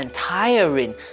tiring